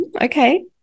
Okay